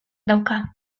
dauka